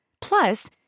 Plus